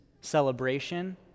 celebration